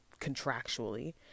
contractually